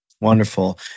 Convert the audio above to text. Wonderful